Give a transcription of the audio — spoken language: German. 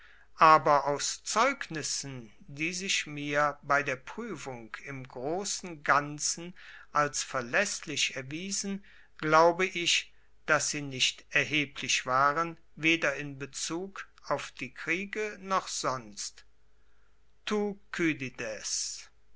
aber aus zeugnissen die sich mir bei der pruefung im grossen ganzen als verlaesslich erwiesen glaube ich dass sie nicht erheblich waren weder in bezug auf die kriege noch sonst